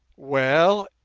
well,